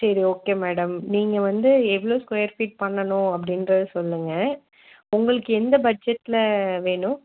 சரி okay madam நீங்கள் வந்து எவ்வளோ ஸ்கொயர் ஃபிட் பண்ணணும் அப்படின்றத சொல்லுங்க உங்களுக்கு எந்த பட்ஜெட்டில் வேணும்